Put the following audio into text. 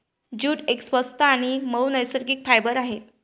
jute एक स्वस्त आणि मऊ नैसर्गिक फायबर आहे